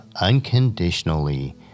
unconditionally